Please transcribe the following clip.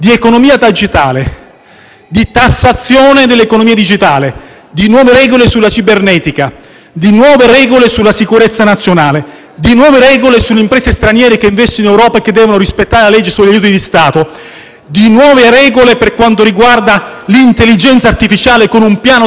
cibernetica, sulla sicurezza nazionale e sulle imprese straniere che investono in Europa e che devono rispettare la legge sugli aiuti di Stato; si parla di nuove regole per quanto riguarda l'intelligenza artificiale con un piano dell'Europa per diventare finalmente la prima potenza globale sull'intelligenza artificiale. Si parla anche del Fondo sovrano